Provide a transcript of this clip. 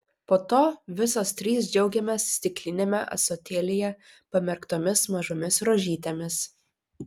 po to visos trys džiaugiamės stikliniame ąsotėlyje pamerktomis mažomis rožytėmis